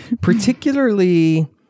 particularly